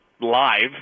live